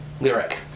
Lyric